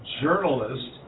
journalist